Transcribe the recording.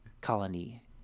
Colony